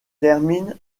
termine